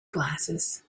glasses